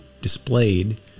Displayed